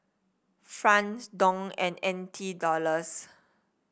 franc Dong and N T Dollars